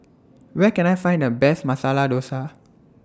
Where Can I Find The Best Masala Dosa